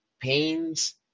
pains